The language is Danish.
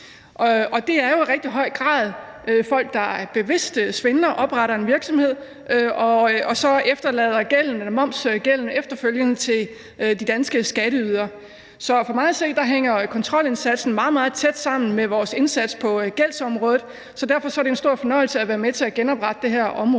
høj grad tale om folk, der bevidst svindler ved at oprette en virksomhed og så efterfølgende efterlader momsgælden til de danske skatteydere. For mig at se hænger kontrolindsatsen meget, meget tæt sammen med vores indsats på gældsområdet, så derfor er det en stor fornøjelse at være med til at genoprette det her område.